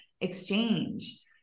exchange